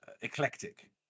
eclectic